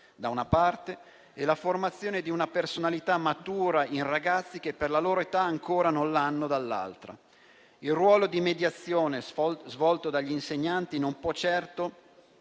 da una parte, e la formazione di una personalità matura in ragazzi che per la loro età ancora non l'hanno, dall'altra. Il ruolo di mediazione svolto dagli insegnanti non può certo